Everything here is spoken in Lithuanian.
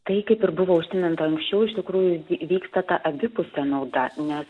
tai kaip ir buvo užsiminta anksčiau iš tikrųjų vyksta ta abipusė nauda nes